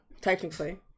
technically